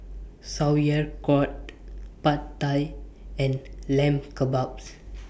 Sauerkraut Pad Thai and Lamb Kebabs